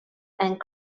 and